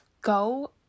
go